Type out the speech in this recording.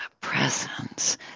presence